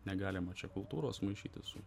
negalima čia kultūros maišyti su